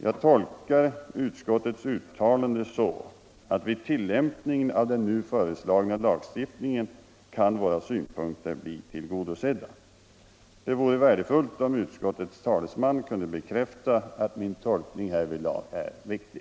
Jag tolkar utskottets uttalande så att vid tillämpningen av den nu föreslagna lagstiftningen kan våra synpunkter bli tillgodosedda. Det vore värdefullt om utskottets talesman kunde bekräfta att min tolkning härvidlag är riktig.